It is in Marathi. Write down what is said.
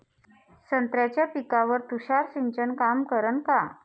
संत्र्याच्या पिकावर तुषार सिंचन काम करन का?